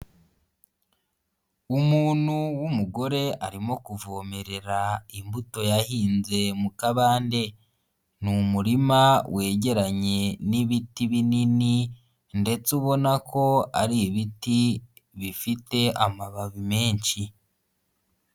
Umuntu w'umugore arimo kuvomerera imbuto yahinze mu kabande, ni umurima wegeranye n'ibiti binini ndetse ubona ko ari ibiti bifite amababi menshi.